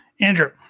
Andrew